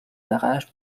barrages